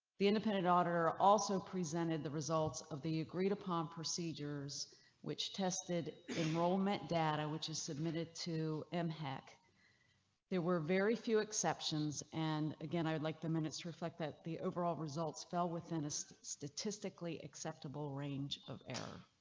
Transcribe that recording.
the independent auditor also presented the results of the agreed upon procedures which tested enrollment data, which is submitted to um hack. there were very few exceptions. and again, i would like to minutes to reflect that the overall results fell within a so statistically acceptable range of error.